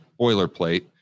boilerplate